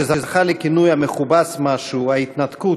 שזכה לכינוי המכובס משהו "ההתנתקות",